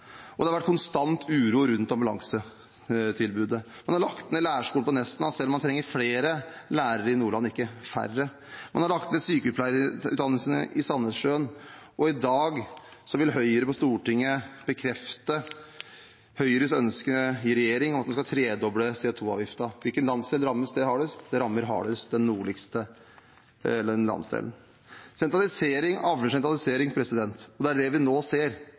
og det har vært konstant uro rundt ambulansetilbudet. Man har lagt ned lærerskolen på Nesna, selv om man trenger flere lærere i Nordland, ikke færre. Man har lagt ned sykepleierutdannelsen i Sandnessjøen, og i dag vil Høyre på Stortinget bekrefte Høyres ønske i regjering om å tredoble CO 2 -avgiften. Hvilken landsdel rammer det hardest? Det rammer hardest den nordligste landsdelen. Sentralisering avler sentralisering. Det er det vi nå ser